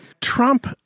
Trump